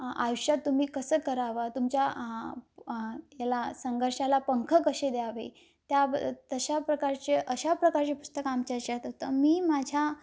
आयुष्यात तुम्ही कसं करावां तुमच्या याला संघर्षाला पंख कसे द्यावे त्याब तशा प्रकारचे अशा प्रकारचे पुस्तक आमच्या याच्यात तर मी माझ्या